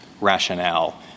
rationale